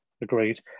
Agreed